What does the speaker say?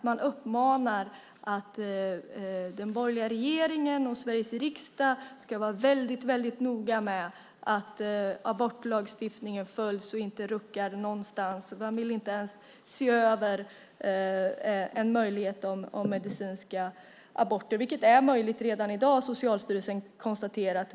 Man uppmanar den borgerliga regeringen och Sveriges riksdag att vara väldigt noga med att abortlagstiftningen följs och att man inte ruckar på den. Man vill inte ens se över en möjlighet till medicinska aborter, något som är möjligt redan i dag. Det har Socialstyrelsen konstaterat.